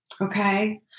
Okay